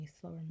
slower